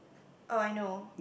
oh I know